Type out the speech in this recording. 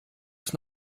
ist